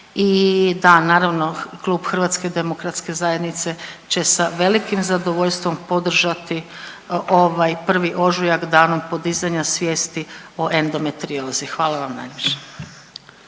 i da naravno Klub HDZ-a će sa velikim zadovoljstvom podržati ovaj 1. ožujak Danom podizanja svijesti o endometriozi, hvala vam najljepša.